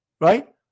Right